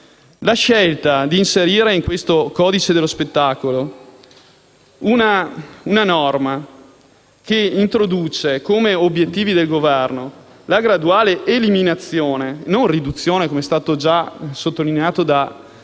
la scelta di inserire nel provvedimento in esame una norma che introduce come obiettivi del Governo la graduale eliminazione - non riduzione, come è stato già sottolineato dal